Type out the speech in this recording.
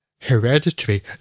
hereditary